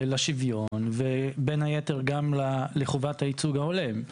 לשוויון ובין היתר גם לחובת הייצוג ההולם.